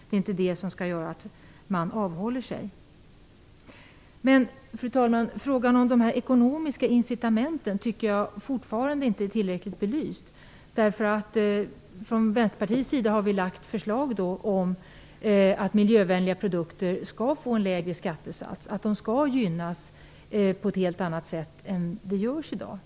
Det är inte priset som skall göra att man avhåller sig från att föra fram en produkt. Fru talman! Jag tycker fortfarande att frågan om de ekonomiska incitamenten inte är tillräckligt belyst. Från Vänsterpartiets sida har vi lagt fram förslag om att miljövänliga produkter skall få en lägre skattesats och att de skall gynnas på ett helt annat sätt än i dag.